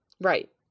right